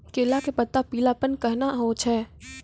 केला के पत्ता पीलापन कहना हो छै?